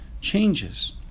changes